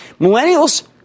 Millennials